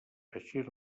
eixir